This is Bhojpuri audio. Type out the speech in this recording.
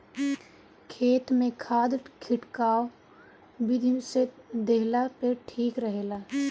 खेत में खाद खिटकाव विधि से देहला पे ठीक रहेला